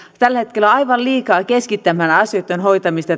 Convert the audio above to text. tällä hetkellä aivan liikaa keskittämään asioitten hoitamista